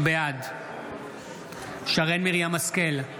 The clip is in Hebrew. בעד שרן מרים השכל,